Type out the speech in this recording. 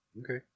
Okay